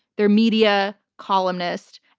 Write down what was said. their media columnist,